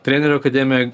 trenerių akademijoj